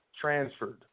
transferred